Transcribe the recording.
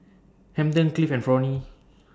Hampton Cliff and Fronnie